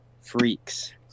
freaks